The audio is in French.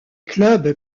clubs